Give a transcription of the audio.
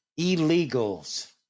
illegals